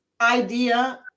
idea